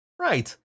Right